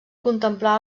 contemplar